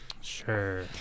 Sure